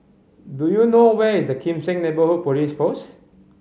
do you know where is the Kim Seng Neighbourhood Police Post